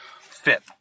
fit